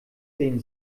sehen